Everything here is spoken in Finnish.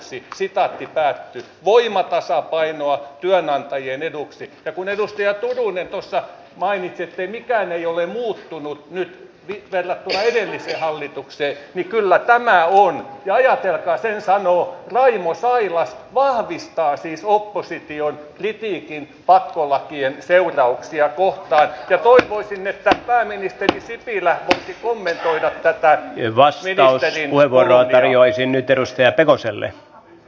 tästä syystä johtuen meidän täytyy pystyä sovittamaan yhteiskunnassa tämä kotouttamisen intressi se intressi että nämä olemassa olevat työpaikat ohjautuvat juuri myös niille ihmisille jotka ovat työttöminä ja sitten kaiken kukkuraksi vielä niin että me emme avaa sellaisia työmarkkinoita joilla tämä eun ulkopuolinen työperäinen maahanmuutto merkittävästi lisääntyisi tilanteessa jossa meillä ei ole kerta kaikkiaan siihen tarvetta